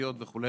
השכונתיות וכו',